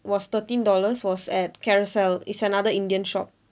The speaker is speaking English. was thirteen dollars was at carousel it's another indian shop